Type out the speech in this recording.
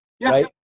Right